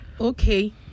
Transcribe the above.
okay